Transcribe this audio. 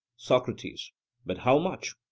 socrates but how much?